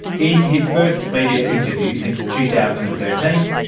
in his first media interview since two thousand and thirteen,